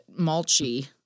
Mulchy